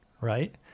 right